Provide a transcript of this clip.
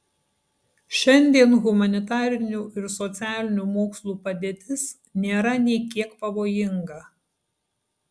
šiandien humanitarinių ir socialinių mokslų padėtis nėra nė kiek pavojinga